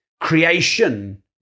Creation